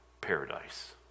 paradise